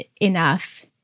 enough